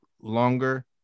longer